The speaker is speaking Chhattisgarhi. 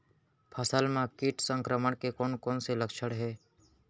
फसल म किट संक्रमण के कोन कोन से लक्षण हे?